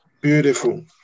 Beautiful